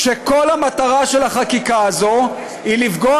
כשכל המטרה של החקיקה הזו היא לפגוע